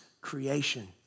creation